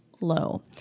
low